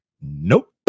Nope